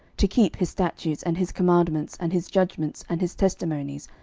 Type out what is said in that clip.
to keep his statutes, and his commandments, and his judgments, and his testimonies,